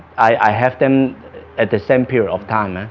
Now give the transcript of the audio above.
i have them at the same period of time